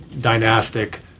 dynastic